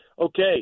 okay